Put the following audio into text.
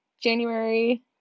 January